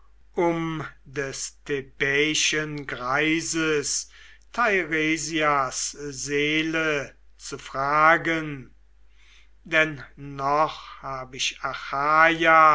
um des thebaiischen greises teiresias seele zu fragen denn noch hab ich